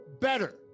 better